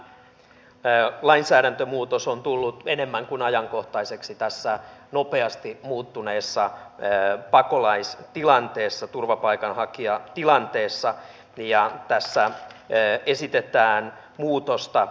tämä lainsäädäntömuutos on tullut enemmän kuin ajankohtaiseksi tässä nopeasti muuttuneessa pakolaistilanteessa turvapaikanhakijatilanteessa ja tässä esitetään muutosta